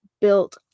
built